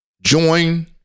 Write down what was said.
join